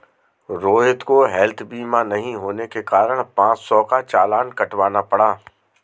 रोहित को हैल्थ बीमा नहीं होने के कारण पाँच सौ का चालान कटवाना पड़ा